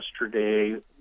yesterday